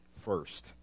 first